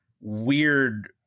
weird